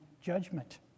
judgment